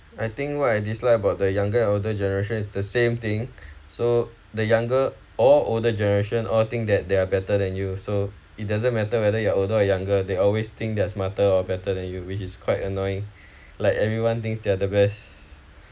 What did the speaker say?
I think what I dislike about the younger or older generation is the same thing so the younger or older generation all think that they are better than you so it doesn't matter whether you are older or younger they always think they're smarter or better than you which is quite annoying like everyone thinks they're the best